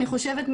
אני חושבת,